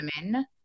women